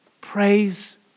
praise